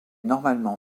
normalement